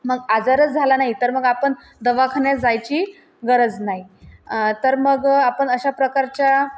मग आजारच झाला नाही तर मग आपण दवाखान्यात जायची गरज नाही तर मग आपण अशा प्रकारच्या